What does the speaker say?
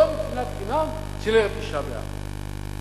לא שנאת חינם של ערב תשעה באב.